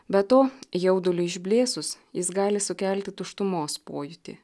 be to jauduliui išblėsus jis gali sukelti tuštumos pojūtį